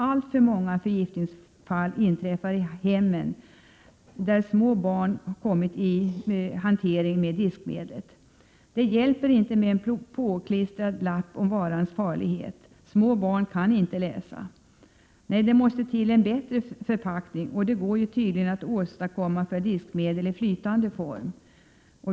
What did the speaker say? Alltför många förgiftningsfall inträffar i hemmen där små barn har kommit i kontakt med diskmedlet. Det hjälper inte med en påklistrad lapp om varans farlighet — små barn kan ju inte läsa. Nej, det måste till en bättre förpackning — det går tydligen att åstadkomma för diskmedel i flytande form.